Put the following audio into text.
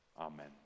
Amen